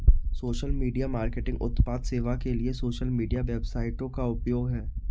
social media marketing उत्पाद सेवा के लिए सोशल मीडिया वेबसाइटों का उपयोग है